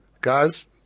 Guys